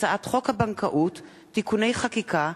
הצעת חוק הבנקאות (תיקוני חקיקה),